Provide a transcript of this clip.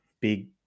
big